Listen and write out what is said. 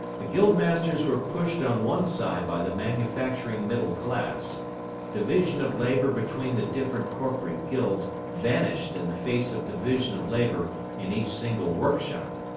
the guild-masters were pushed on one side by the manufacturing middle class division of labour between the different corporate guilds vanished in the face of division of labour in each single workshop.